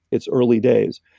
it's early days.